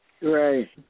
Right